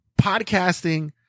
Podcasting